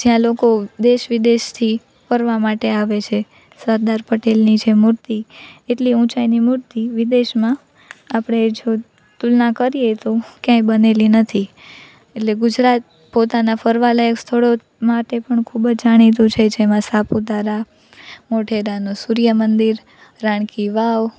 જ્યાં લોકો દેશ વિદેશથી ફરવા માટે આવે છે સરદાર પટેલની જે મૂર્તિ એટલી ઊંચાઈની મૂર્તિ વિદેશમાં આપણે જો તુલના કરીએ તો ક્યાંય બનેલી નથી એટલે ગુજરાત પોતાના ફરવાલાયક સ્થળો માટે પણ ખૂબ જ જાણીતું છે જેમાં સાપુતારા મોઢેરાનું સૂર્યમંદિર રાણી કી વાવ